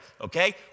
okay